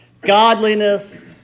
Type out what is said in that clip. Godliness